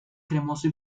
cremoso